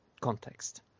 context